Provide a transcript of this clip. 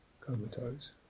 comatose